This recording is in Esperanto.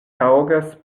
taŭgas